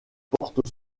porte